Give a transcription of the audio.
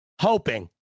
hoping